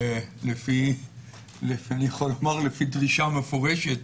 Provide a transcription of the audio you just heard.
לפי דרישה מפורשת